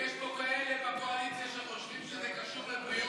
יש פה כאלה בקואליציה שחושבים שזה קשור לבריאות.